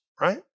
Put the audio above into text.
right